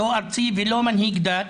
לא ארצי ולא מנהיג דת,